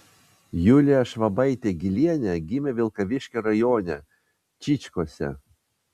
julija švabaitė gylienė gimė vilkaviškio rajone čyčkuose